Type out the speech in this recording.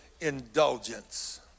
Indulgence